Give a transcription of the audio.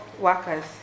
workers